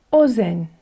ozen